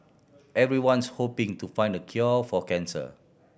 everyone's hoping to find the cure for cancer